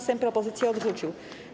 Sejm propozycję odrzucił.